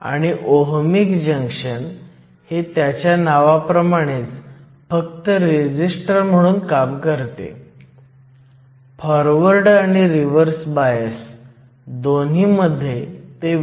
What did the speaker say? तर ND 1017cm 3 acceptor concentration असलेला p प्रदेश आहे NA आणि तो खोलीच्या तापमानावर आहे